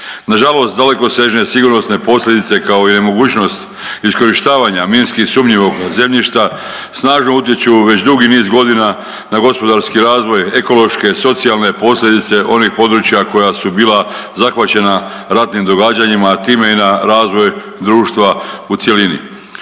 Nažalost dalekosežne i sigurnosne posljedice, kao i nemogućnost iskorištavanja minski sumnjivog zemljišta snažno utječu već dugi niz godina na gospodarski razvoj, ekološke i socijalne posljedice onih područja koja su bila zahvaćena ratnim događanjima ratnim događajima, time i na razvoj društva u cjelini.